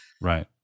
Right